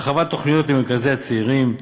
הרחבת תוכניות למרכזי צעירים,